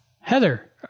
Heather